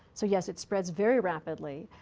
so, yes, it spreads very rapidly,